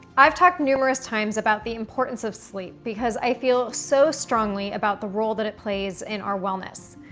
i've talked numerous times about the importance of sleep because i feel so strongly about the role that it plays in our wellness.